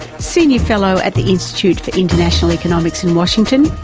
senior fellow at the institute for international economics in washington,